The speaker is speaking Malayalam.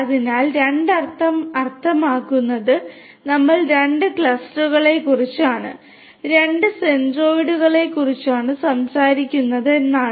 അതിനാൽ 2 അർത്ഥം അർത്ഥമാക്കുന്നത് നമ്മൾ രണ്ട് ക്ലസ്റ്ററുകളെക്കുറിച്ചാണ് രണ്ട് സെൻട്രോയിഡുകളെക്കുറിച്ചാണ് സംസാരിക്കുന്നത് എന്നാണ്